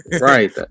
Right